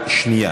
כן.